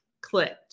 clicked